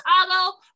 Chicago